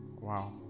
Wow